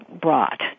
brought